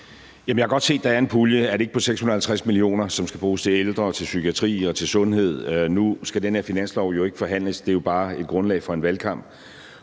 jeg har godt set, at der er en pulje – er den ikke på 650 mio. kr. ?– der skal bruges til ældre, psykiatrien og sundhed. Nu skal den her finanslov jo ikke forhandles; den er bare et grundlag for en valgkamp,